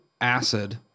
acid